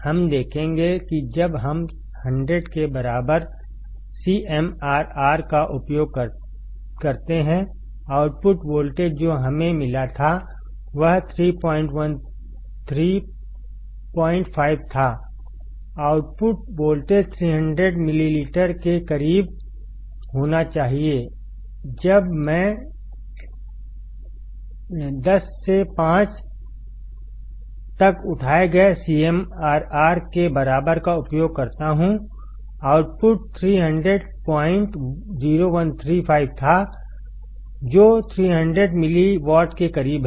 हम देखेंगे कि जब हम 100 के बराबर सीएमआरआर का उपयोग करते हैंआउटपुट वोल्टेज जो हमें मिला था वह 3135 थाआउटपुट वोल्टेज 300 मिलीलीटर के करीब होना चाहिएजब मैं 10 से 5 तक उठाए गए सीएमआरआर के बराबर का उपयोग करता हूंआउटपुट 3000135 था जो 300 मिलीवॉट के करीब है